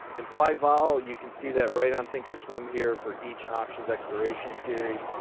implied vol, you can see that right on thinkorswim here for each option's expiration series.